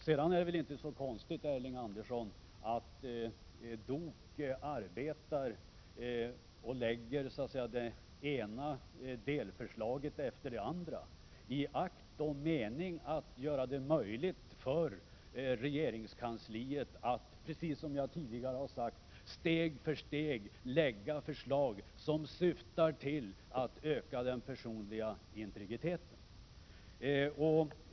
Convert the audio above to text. Sedan är det väl inte så konstigt, Elving Andersson, att DOK arbetar och lägger det ena delförslaget efter det andra — i akt och mening att göra det möjligt för regeringskansliet att, precis som jag tidigare har sagt, steg för steg lägga fram förslag som syftar till att öka den personliga integriteten.